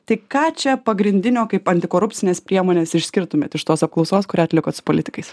tai ką čia pagrindinio kaip antikorupcines priemones išskirtumėt iš tos apklausos kurią atlikot su politikais